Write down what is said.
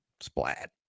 Splat